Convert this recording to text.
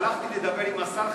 הלכתי לדבר עם השר,